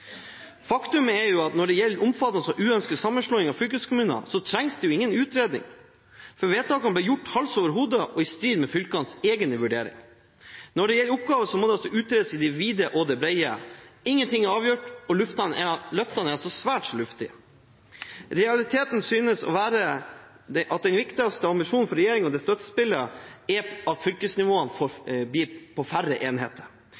Faktum er at når det gjelder omfattende og uønskede sammenslåinger av fylkeskommuner, trengs det ingen utredning, for vedtakene ble gjort hals over hode og i strid med fylkenes egne vurderinger. Når det gjelder oppgaver, må det utredes i det vide og det brede. Ingenting er avgjort, og løftene er svært så luftige. Realiteten synes å være at den viktigste ambisjonen regjeringen og dens støttespillere har for fylkesnivået, er at det blir færre enheter.